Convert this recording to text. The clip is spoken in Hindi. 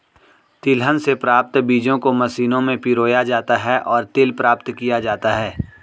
तिलहन से प्राप्त बीजों को मशीनों में पिरोया जाता है और तेल प्राप्त किया जाता है